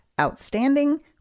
outstanding